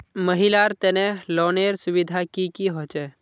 महिलार तने लोनेर सुविधा की की होचे?